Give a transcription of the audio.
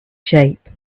shape